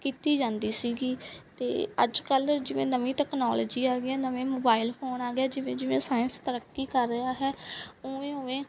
ਕੀਤੀ ਜਾਂਦੀ ਸੀਗੀ ਅਤੇ ਅੱਜ ਕੱਲ੍ਹ ਜਿਵੇਂ ਨਵੀਂ ਟੈਕਨੋਲੋਜੀ ਆ ਗਈ ਨਵੇਂ ਮੋਬਾਈਲ ਫੋਨ ਆ ਗਏ ਜਿਵੇਂ ਜਿਵੇਂ ਸਾਇੰਸ ਤਰੱਕੀ ਕਰ ਰਿਹਾ ਹੈ ਉਵੇਂ ਉਵੇਂ